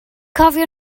cofio